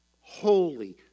holy